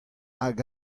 hag